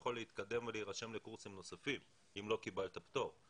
יכול להתקדם ולהירשם לקורסים נוספים אם לא קיבלת פטור.